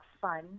fun